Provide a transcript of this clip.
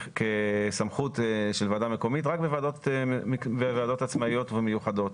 כסמכות של ועדה מקומית רק בוועדות עצמאיות ומיוחדות.